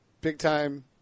Big-time